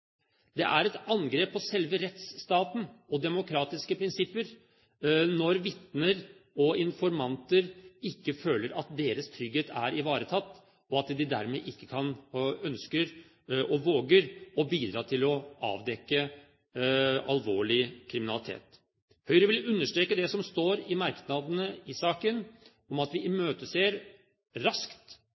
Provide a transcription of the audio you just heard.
Det er et angrep på selve rettsstaten og på demokratiske prinsipper når vitner og informanter ikke føler at deres trygghet er ivaretatt, og at de dermed ikke kan, ønsker og våger å bidra til å avdekke alvorlig kriminalitet. Høyre vil understreke det som står i merknadene i saken om at vi imøteser, raskt,